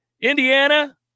Indiana